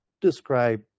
describe